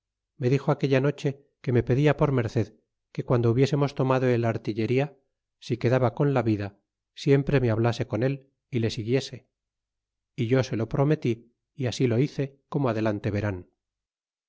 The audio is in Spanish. me dixo aquella noche que me pedia por merced que guando hubiésemos tomado el artillería si quedaba con la vida j siempre me hablase con él y le siguiese é yo se lo prometí é así lo hice como adelante verán